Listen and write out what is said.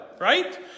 right